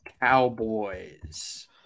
Cowboys